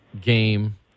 game